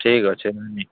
ଠିକ୍ ଅଛି ରହିଲି